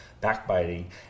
backbiting